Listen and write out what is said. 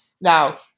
Now